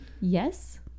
Yes